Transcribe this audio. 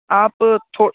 آپ تھو